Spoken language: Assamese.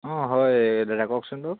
অঁ হয় দাদা কওকচোন বাৰু